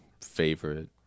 favorite